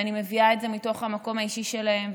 ואני מביאה את זה מתוך המקום האישי שלהם,